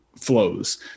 flows